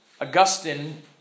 Augustine